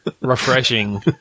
refreshing